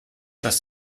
das